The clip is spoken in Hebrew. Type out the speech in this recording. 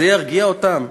זה ירגיע אותם?